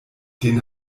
den